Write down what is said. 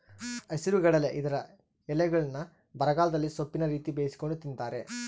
ಹಸಿರುಗಡಲೆ ಇದರ ಎಲೆಗಳ್ನ್ನು ಬರಗಾಲದಲ್ಲಿ ಸೊಪ್ಪಿನ ರೀತಿ ಬೇಯಿಸಿಕೊಂಡು ತಿಂತಾರೆ